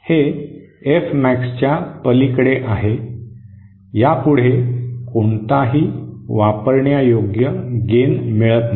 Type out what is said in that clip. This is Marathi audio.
हे एफ मॅक्सच्या पलीकडे आहे यापुढे कोणताही वापरण्यायोग्य गेन मिळत नाही